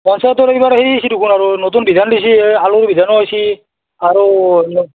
পঞ্চায়তৰ এইবাৰ হেৰি আহিছে দেখোন আৰু নতুন বিধান দিছে এ আলুৰ বিধানো আহিছে আৰু